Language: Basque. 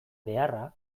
beharra